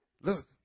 look